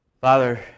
Father